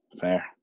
fair